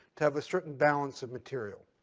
to have a certain balance of material.